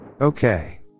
Okay